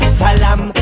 salam